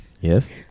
yes